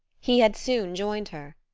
he had soon joined her.